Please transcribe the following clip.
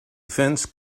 fence